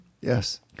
Yes